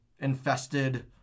infested